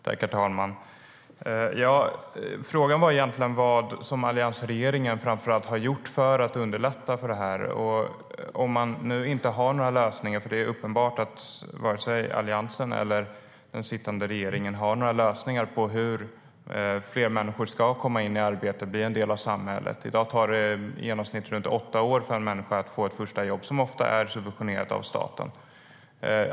Herr talman! Frågan var egentligen vad framför allt alliansregeringen har gjort för att underlätta det här, om man nu inte har några lösningar. Det är nämligen uppenbart att inte vare sig Alliansen eller den sittande regeringen har några lösningar för hur fler människor ska komma in i arbete och bli en del av samhället. I dag tar det i genomsnitt åtta år för en människa att få ett första jobb, som ofta är subventionerat av staten.